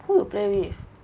who you play with